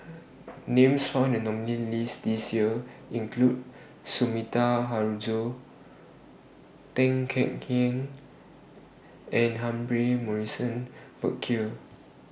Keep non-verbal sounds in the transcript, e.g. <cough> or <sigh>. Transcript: <noise> Names found in The nominees' list This Year include Sumida Haruzo Tan Kek Hiang and Humphrey Morrison Burkill